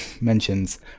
mentions